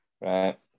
Right